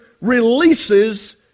releases